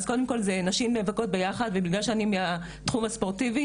אז קודם כל זה נשים נאבקות ביחד ובגלל שאנחנו בתחום הספורטיבי,